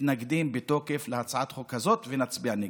מתנגדים בתוקף להצעת חוק כזאת ונצביע נגד.